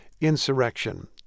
insurrection